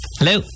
Hello